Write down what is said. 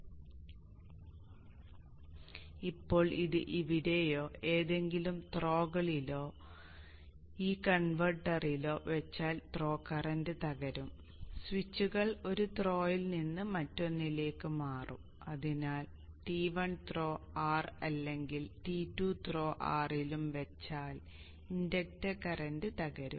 നിങ്ങൾ അത് ഇവിടെയോ ഏതെങ്കിലും ത്രോകളിലോ ഈ കൺവെർട്ടറിലോ വെച്ചാൽ ത്രോ കറന്റ് തകരും സ്വിച്ചുകൾ ഒരുത്രോ യിൽ നിന്ന് മറ്റൊന്നിലേക്ക് മാറും അതിനാൽ T1 ത്രോ R അല്ലെങ്കിൽ T2 ത്രോ R ലും വെച്ചാൽ ഇൻഡക്റ്റർ കറന്റ് തകരും